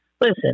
Listen